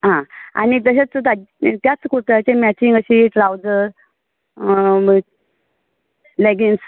आं आनी तशेंच तें त्याच कुर्ताचेर मेचींग अशें ट्रावजर लेगिंग्न्स